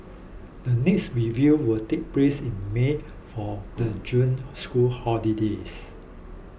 the next review will take place in May for the June school holidays